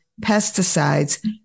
pesticides